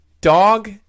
Dog